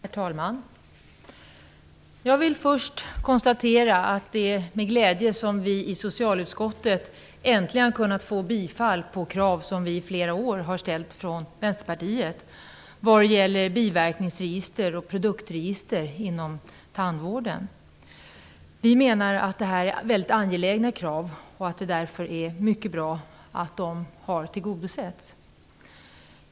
Herr talman! Jag vill först med glädje konstatera att det är först i år som vi i Vänsterpartiet äntligen har kunnat få gehör i socialutskottet för de krav som vi har ställt i flera år på biverkningsregister och produktregister inom tandvården. Vi menar att det är mycket angelägna krav och att det därför är mycket bra att de har tillgodosetts.